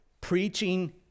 Preaching